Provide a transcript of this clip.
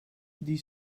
die